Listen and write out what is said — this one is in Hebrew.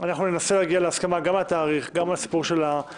ננסה להגיע להסכמה גם על התאריך, גם בנושא המימון.